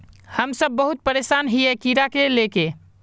हम सब बहुत परेशान हिये कीड़ा के ले के?